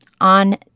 on